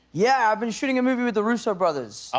yeah, i've been shooting a movie with the russo brothers.